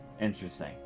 Interesting